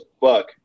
fuck